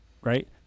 right